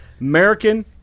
American